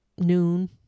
Noon